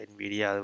Nvidia